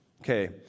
Okay